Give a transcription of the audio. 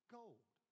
gold